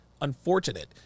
unfortunate